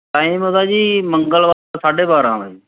time ਉਹਦਾ ਜੀ ਮੰਗਲਵਾਰ ਸਾਢੇ ਬਾਰ੍ਹਾਂ ਵਜੇ